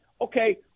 okay